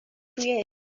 روی